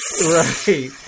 Right